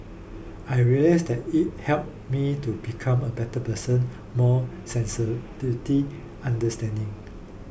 I realised that it helped me to become a better person more sensitivity understanding